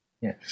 Yes